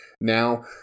now